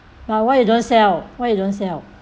but why you don't sell why you don't sell